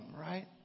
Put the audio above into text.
right